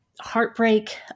heartbreak